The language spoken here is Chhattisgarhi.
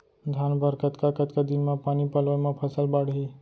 धान बर कतका कतका दिन म पानी पलोय म फसल बाड़ही?